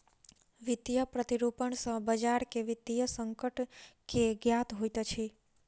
वित्तीय प्रतिरूपण सॅ बजार के वित्तीय संकट के ज्ञात होइत अछि